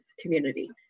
community